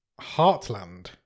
Heartland